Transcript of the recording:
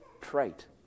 trait